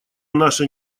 наши